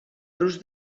rus